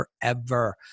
forever